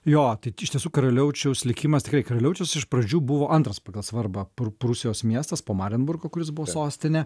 jo iš tiesų karaliaučiaus likimas tikrai karaliaučius iš pradžių buvo antras pagal svarbą pru prūsijos miestas po marienburgo kuris buvo sostinė